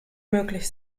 möglich